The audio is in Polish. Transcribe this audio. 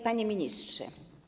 Panie Ministrze!